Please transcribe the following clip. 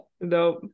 nope